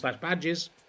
badges